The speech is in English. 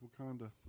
Wakanda